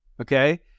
okay